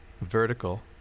vertical